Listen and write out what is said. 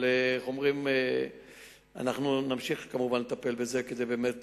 אנחנו כמובן נמשיך לטפל בזה כדי באמת